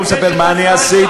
אני לא מספר מה אני עשיתי,